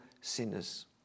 sinners